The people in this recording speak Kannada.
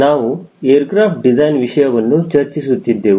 ನಾವು ಏರ್ ಕ್ರಾಫ್ಟ್ ಡಿಸೈನ್ ವಿಷಯವನ್ನು ಚರ್ಚಿಸುತ್ತಿದ್ದೆವು